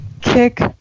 Kick